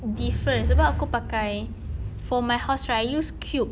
different sebab aku pakai for my house right I use cube